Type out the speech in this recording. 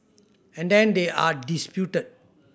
and then they are disputed